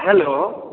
hello